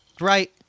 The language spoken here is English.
right